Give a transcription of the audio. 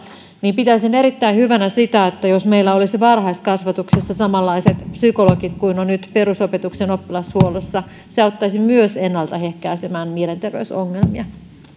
niin pitäisin erittäin hyvänä sitä jos meillä olisi varhaiskasvatuksessa samanlaiset psykologit kuin on nyt perusopetuksen oppilashuollossa myös se auttaisi ennaltaehkäisemään mielenterveysongelmia